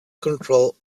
control